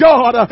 God